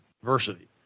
diversity